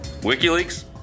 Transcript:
WikiLeaks